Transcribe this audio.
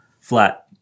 flat